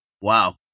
Wow